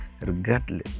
regardless